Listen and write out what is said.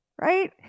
Right